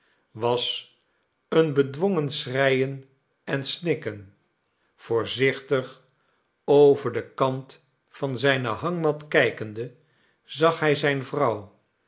was een bedwongen schreien en snikken voorzichtig over den kant van zijne hangmat kijkende zag hij zijne